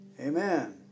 Amen